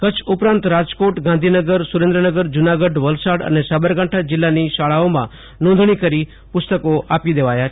કચ્છ ઉપરાંત રાજકોટગાંધીનગરસુરેન્દ્રનગર જુનાગઢ વલસાડ અને સાબરકાંઠા જિલ્લાની શાળાઓમાં નોંધણી કરી પુસ્તકો આપી દેવાયા છે